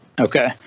Okay